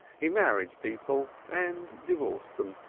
he married people and divorced them.